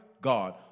God